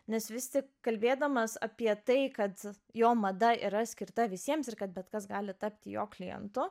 nes vis tik kalbėdamas apie tai kad jo mada yra skirta visiems ir kad bet kas gali tapti jo klientu